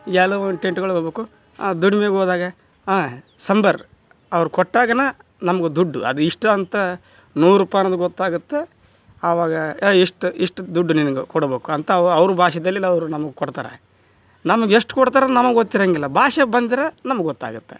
ಎಲ್ಲೋ ಒಂದು ಟೆಂಟ್ಗಳಿಗೆ ಹೋಗ್ಬಕು ದುಡಿಮೆಗೆ ಹೋದಾಗ ಸಂಬರ್ ಅವರು ಕೊಟ್ಟಾಗನೇ ನಮ್ಗೆ ದುಡ್ಡು ಅದು ಇಷ್ಟು ಅಂತ ನೂರು ರೂಪಾಯಿ ಅನ್ನೋದು ಗೊತ್ತಾಗತ್ತೆ ಅವಾಗ ಏಯ್ ಇಷ್ಟು ಇಷ್ಟು ದುಡ್ಡು ನಿನಗೆ ಕೊಡ್ಬೇಕು ಅಂತ ಅವ ಅವ್ರ ಭಾಷೆಯಲ್ಲಿ ಅವ್ರು ನಮಗ್ ಕೊಡ್ತಾರೆ ನಮ್ಗೆ ಎಷ್ಟು ಕೊಡ್ತಾರೆ ಅಂತ ನಮಗೆ ಗೊತ್ತಿರೋಂಗಿಲ್ಲ ಭಾಷೆ ಬಂದಿರೆ ನಮ್ಗೆ ಗೊತ್ತಾಗುತ್ತೆ